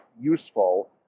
useful